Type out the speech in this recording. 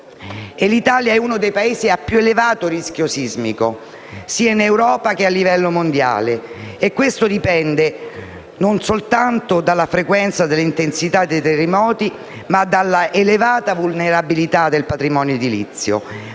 L'Italia è uno dei Paesi a più elevato rischio sismico sia in Europa che a livello mondiale, e questo dipende non soltanto dalla frequenza e dall'intensità dei terremoti, ma anche dalla elevata vulnerabilità del patrimonio edilizio.